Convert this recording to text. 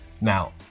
Now